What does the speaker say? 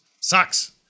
Sucks